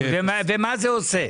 ומה זה עושה.